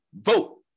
vote